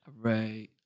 Right